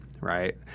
right